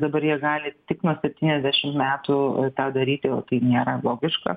dabar jie gali tik nuo septyniasdešimt metų tą daryti o tai nėra logiška